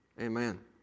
Amen